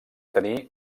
tenir